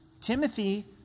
Timothy